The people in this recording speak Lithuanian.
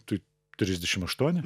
tai trisdešim aštuoni